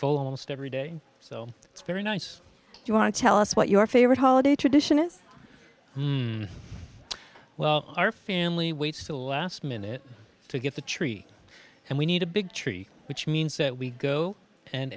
full almost every day so it's very nice if you want to tell us what your favorite holiday tradition is well our family waits the last minute to get the tree and we need a big tree which means that we go and